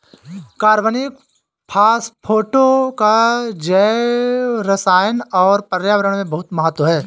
कार्बनिक फास्फेटों का जैवरसायन और पर्यावरण में बहुत महत्व है